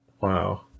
Wow